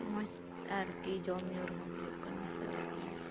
ᱢᱚᱸᱡᱽ ᱟᱨ ᱠᱤ ᱡᱚᱢᱧᱩ ᱨᱮᱦᱚᱸ ᱦᱩᱭᱩᱜ ᱠᱟᱱᱟ ᱥᱮ